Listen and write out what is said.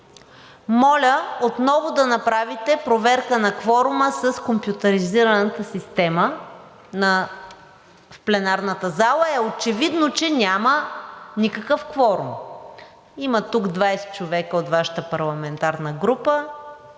моля отново да направите проверка на кворума с компютризираната система в пленарната зала, а е очевидно, че няма никакъв кворум. Има тук 20 човека от Вашата парламентарна група,